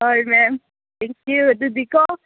ꯍꯣꯏ ma'am thank you ꯑꯗꯨꯗꯤꯀꯣ